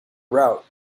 route